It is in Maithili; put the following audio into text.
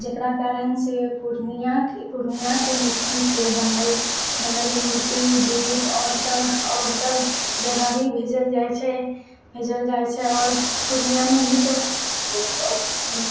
जकरा कारणसँ पूर्णियाके पूर्णियाके मिट्टी से बनल बनल मूर्ति दीप आओर सब आओर सब जगह भी भेजल जाए छै भेजल जाए छै आओर पूर्णियामे भी तो